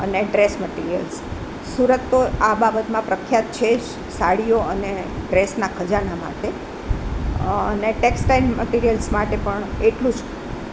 અને dress materials Surat તો આ બબતમાં પ્રખ્યાત છે જ સાડીઓ અને પ્રેસના ખજાના માટે અને ટેક્સટાઇલ મટીરિયલ્સ માટે પણ એટલું જ